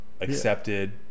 Accepted